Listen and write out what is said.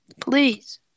Please